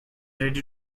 ready